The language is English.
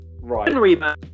Right